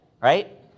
right